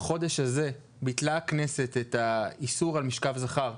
בחודש הזה בדיוק ביטלה הכנסת את האיסור על משכב זכר.